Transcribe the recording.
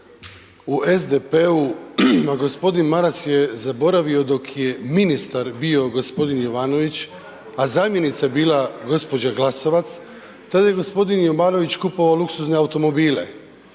u SDP-u, a gospodin Maras je zaboravio dok je ministar bio gospodin Jovanović, a zamjenica bila gospođa Glasovac, tada je gospodin Jovanović kupovao luksuzne automobile,